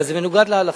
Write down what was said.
אבל זה מנוגד להלכה.